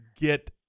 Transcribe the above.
get